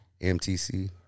MTC